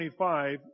25